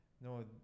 no